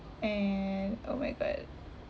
and oh my god